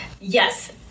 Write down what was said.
Yes